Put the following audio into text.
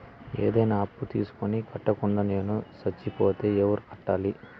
ఏదైనా అప్పు తీసుకొని కట్టకుండా నేను సచ్చిపోతే ఎవరు కట్టాలి?